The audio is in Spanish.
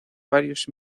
varios